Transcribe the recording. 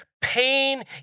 Pain